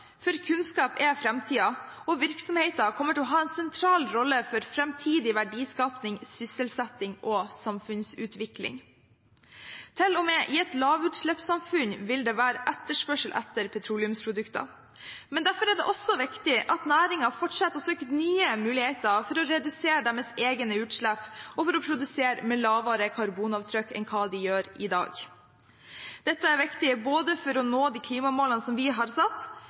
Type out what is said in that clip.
for kunnskap er framtiden, og virksomheten kommer til å ha en sentral rolle for framtidig verdiskaping, sysselsetting og samfunnsutvikling. Til og med i et lavutslippssamfunn vil det være etterspørsel etter petroleumsprodukter, men derfor er det også viktig at næringen fortsetter å søke nye muligheter for å redusere sine egne utslipp og for å produsere med lavere karbonavtrykk enn det de gjør i dag. Dette er viktig for å nå de klimamålene som vi har satt,